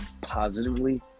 positively